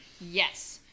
Yes